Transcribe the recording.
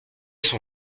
son